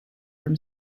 from